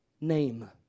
Name